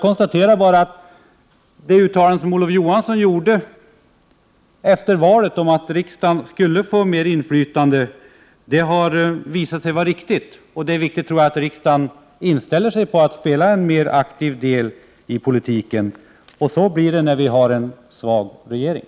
Olof Johanssons uttalande efter valet om att riksdagen skulle få ett större inflytande har visat sig vara riktigt. Jag tror att det därför är viktigt att riksdagen är inställd på att spela en mer aktiv roll i politiken — så blir det när regeringen är svag.